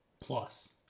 plus